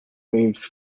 waves